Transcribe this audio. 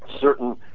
certain